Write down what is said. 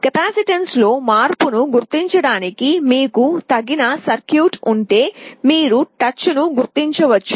capacitance లో మార్పును గుర్తించడానికి మీకు తగిన సర్క్యూట్ ఉంటే మీరు టచ్ను గుర్తించవచ్చు